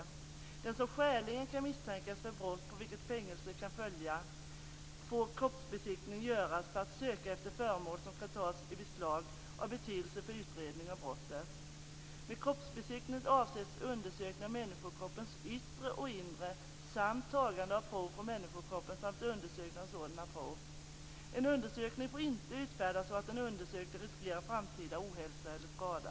På den som skäligen kan misstänkas för brott på vilket fängelse kan följa får kroppsbesiktning göras för att söka efter föremål som kan tas i beslag och är av betydelse för utredning av brottet. Med kroppsbesiktning avses undersökning av människokroppens yttre och inre samt tagande av prov från människokroppen samt undersökning av sådana prov. En undersökning får inte utföras, så att den undersökte riskerar framtida ohälsa eller skada.